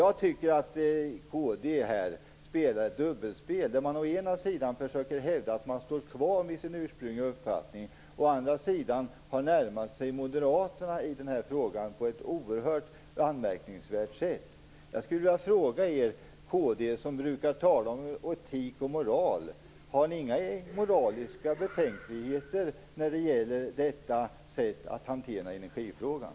Jag tycker att kd spelar ett dubbelspel där de å ena sidan försöker hävda att de står kvar vid sin ursprungliga uppfattning och å andra sidan har närmat sig Moderaterna i den här frågan på ett oerhört anmärkningsvärt sätt. Jag skulle vilja fråga er kristdemokrater, som brukar tala om etik och moral, om ni inte har några moraliska betänkligheter när det gäller detta sätt att hantera energifrågan.